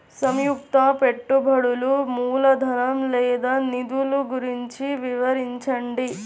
సంయుక్త పెట్టుబడులు మూలధనం లేదా నిధులు గురించి వివరించండి?